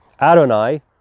adonai